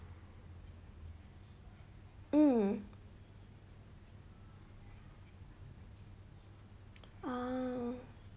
mm ah